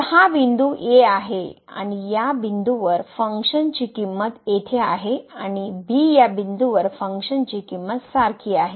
तर हा बिंदू a आहे आणि या बिंदूवर फंक्शन ची किमंत येथे आहे आणि b या बिंदूवर फंक्शन ची किमंत सारखी आहे